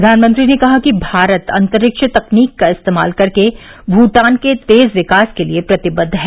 प्रधानमंत्री ने कहा कि भारत अंतरिक्ष तकनीक का इस्तेमाल कर के भूटान के तेज विकास के लिए प्रतिबद्द है